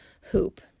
hoop